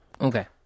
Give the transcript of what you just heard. Okay